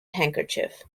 handkerchief